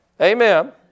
Amen